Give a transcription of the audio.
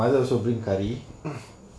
mother also bring curry mm